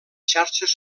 xarxes